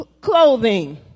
clothing